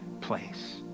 place